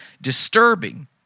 disturbing